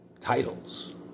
titles